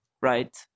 right